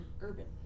Urban